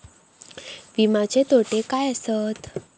विमाचे तोटे काय आसत?